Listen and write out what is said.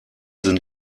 sind